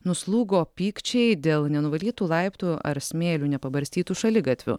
nuslūgo pykčiai dėl nenuvalytų laiptų ar smėliu nepabarstytų šaligatvių